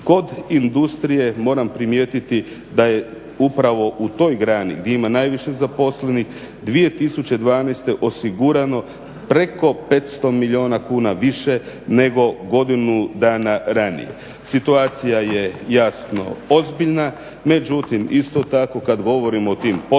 Kod industrije moram primijetiti da je upravo u toj grani gdje ima najviše zaposlenih 2012.osigurano preko 500 milijuna kuna više nego godinu dana ranije. Situacija je jasno ozbiljna. Međutim, isto tako kad govorim o tim potporama